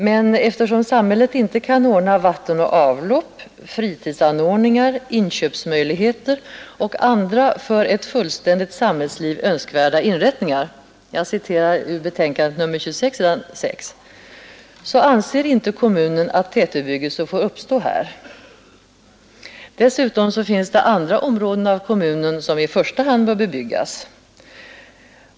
Men eftersom samhället inte kan ordna vatten och avlopp, ”fritidsanordningar, inköpsmöjligheter och andra för ett fullständigt samhällsliv önskvärda inrättningar” — citat ur betänkande nr 26, s. 6 — så anser inte kommunen att tätbebyggelse får uppstå här. Dessutom finns det andra områden av kommunen som i första hand bör bebyggas.